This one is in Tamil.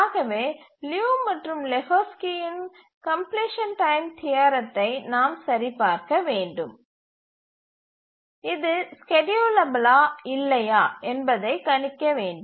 ஆகவே லியு மற்றும் லெஹோஸ்கியின் கம்ப்லிசன் டைம் தியரத்தை நாம் சரிபார்க்க வேண்டும் இது ஸ்கேட்யூலபிலா இல்லையா என்பதைக் கணிக்க வேண்டும்